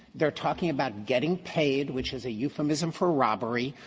they're talking about getting paid, which is a euphemism for robbery.